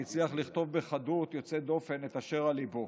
והוא הצליח לכתוב בחדות יוצאת דופן את אשר על ליבו.